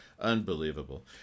Unbelievable